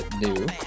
new